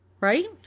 Right